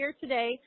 today